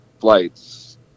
flights